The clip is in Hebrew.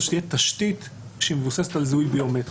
הוא שתהיה תשתית שהיא מבוססת על זיהוי ביומטרי,